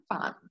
fun